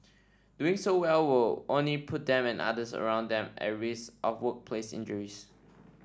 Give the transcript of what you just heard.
doing so will only put them and others around them at risk of workplace injuries